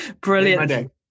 brilliant